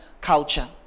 culture